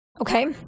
Okay